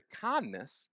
kindness